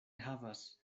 havas